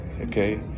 Okay